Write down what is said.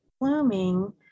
blooming